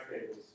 tables